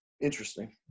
interesting